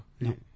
No